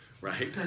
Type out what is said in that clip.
right